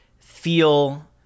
feel